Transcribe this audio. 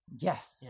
Yes